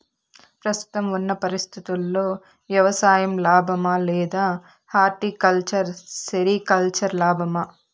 ప్రస్తుతం ఉన్న పరిస్థితుల్లో వ్యవసాయం లాభమా? లేదా హార్టికల్చర్, సెరికల్చర్ లాభమా?